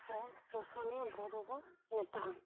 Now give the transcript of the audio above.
ᱥᱮ ᱥᱩᱥᱩᱱᱤᱭᱟᱹ ᱵᱩᱨᱩ ᱵᱚ ᱢᱮᱛᱟᱜ ᱟ